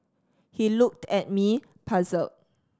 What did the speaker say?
he looked at me puzzled